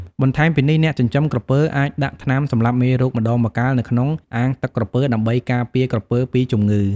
បន្ថែមពីនេះអ្នកចិញ្ចឹមក្រពើអាចដាក់ថ្នាំសម្លាប់មេរោគម្តងម្កាលនៅក្នុងអាងទឹកក្រពើដើម្បីការពារក្រពើពីជំងឺ។